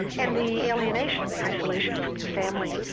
and the alienation, the isolation from your family.